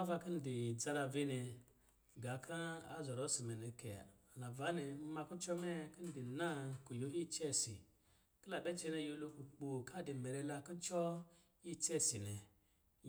Ava kɔ̄ ndi dzarave nɛ, gā kɔ̄ a zɔrɔ isi mɛ nɛ kɛ, nnavaa nɛ, nma kucɔ mɛ kɔ̄ dɔ naa kuyo icɛsi, ki la bɛ cɛnɛ nyɛlo kukpo ka dimɛrɛ kucɔ icɛ si nɛ.